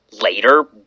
later